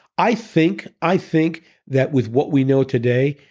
i think i think that with what we know today,